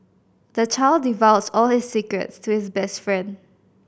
the child divulged all his secrets to his best friend